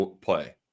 play